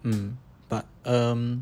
mm but um